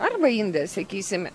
arba inde sakysime